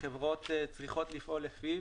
שחברות צריכות לפעול לפיו,